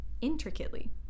intricately